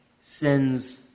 sends